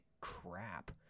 crap